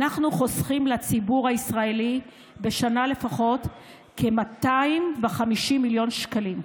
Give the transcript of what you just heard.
אנחנו חוסכים לציבור הישראלי לפחות כ-250 מיליון שקלים בשנה.